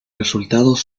resultados